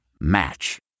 Match